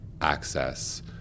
access